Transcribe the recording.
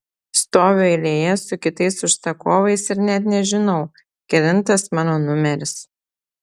stoviu eilėje su kitais užsakovais ir net nežinau kelintas mano numeris